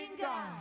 God